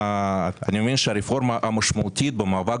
אני מבין שהרפורמה המשמעותית במאבק